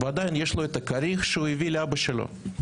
עדיין יש לו בתיק את הכריך שהוא הביא לאבא שלו.